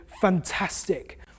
fantastic